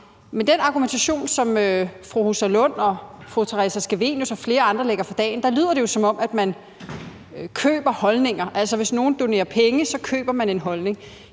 med den argumentation, som fru Rosa Lund, fru Theresa Scavenius og flere andre lægger for dagen, lyder det jo, som om man køber holdninger. Altså, hvis nogle donerer penge, køber de en holdning.